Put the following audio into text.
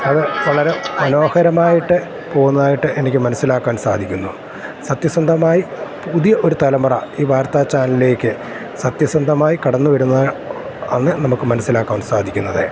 അത് വളരെ മനോഹരമായിട്ട് പോവുന്നതായിട്ട് എനിക്ക് മനസ്സിലാക്കാൻ സാധിക്കുന്നു സത്യസന്ധമായി പുതിയ ഒരു തലമുറ ഈ വാർത്ത ചാനലിലേക്ക് സത്യസന്ധമായി കടന്നു വരുന്ന അന്ന് നമുക്ക് മനസ്സിലാക്കുവാൻ സാധിക്കുന്നത്